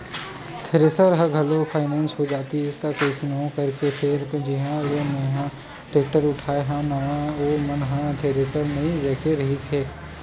thresher ह घलोक finance हो जातिस कइसनो करके फेर जिहाँ ले मेंहा टेक्टर उठाय हव नवा ओ मन ह थेरेसर नइ रखे रिहिस हे